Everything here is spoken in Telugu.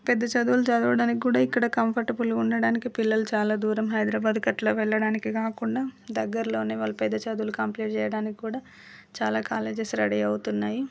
పెద్ద చదువులు చదవడానికి కూడా ఇక్కడ కంఫర్టబుల్గా ఉండడానికి పిల్లలు చాలా దూరం హైదరాబాద్ అట్లా వెళ్లడానికి కాకుండా దగ్గర్లోనే వాళ్ళ పెద్ద చదువులు కంప్లీట్ చేయడానికి కూడా చాలా కాలేజెస్ రెడీ అవుతున్నాయి